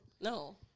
No